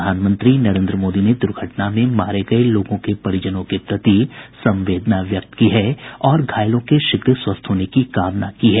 प्रधानमंत्री नरेन्द्र मोदी ने दूर्घटना में मारे गये लोगों के परिजनों के प्रति संवेदना व्यक्त की है और घायलों के शीघ्र स्वस्थ होने की कामना की है